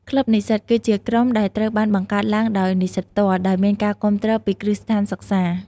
ក្លឹបនិស្សិត គឺជាក្រុមដែលត្រូវបានបង្កើតឡើងដោយនិស្សិតផ្ទាល់ ដោយមានការគាំទ្រពីគ្រឹះស្ថានសិក្សា។